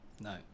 No